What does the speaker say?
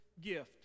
gift